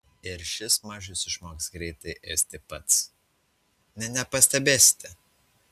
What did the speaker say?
ir šis mažius išmoks greitai ėsti pats nė nepastebėsite